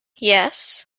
yes